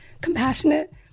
compassionate